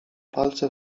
palce